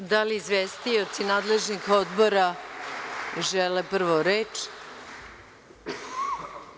Da li izvestioci nadležnih Odbora žele reč?